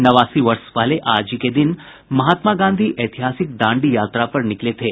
नवासी वर्ष पहले आज ही के दिन महात्मा गांधी ऐतिहासिक दांडी यात्रा पर निकले थे